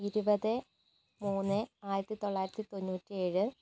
ഇരുപത് മൂന്ന് ആയിരത്തിത്തൊള്ളായിരത്തി തൊണ്ണൂറ്റിയേഴ്